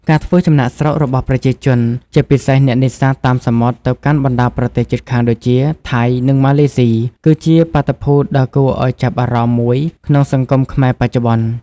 ការធ្វើចំណាកស្រុករបស់ប្រជាជន ជាពិសេសអ្នកនេសាទតាមសមុទ្រ ទៅកាន់បណ្ដាប្រទេសជិតខាងដូចជាថៃ និងម៉ាឡេស៊ី គឺជាបាតុភូតដ៏គួរឱ្យចាប់អារម្មណ៍មួយក្នុងសង្គមខ្មែរបច្ចុប្បន្ន។